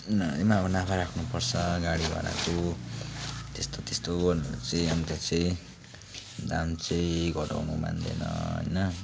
उनीहरूले पनि अब नाफा राख्नुपर्छ गाडी भाडाको त्यस्तो त्यस्तो भनेर चाहिँ अन्त चाहिँ दाम चाहिँ घटाउनु मान्दैन होइन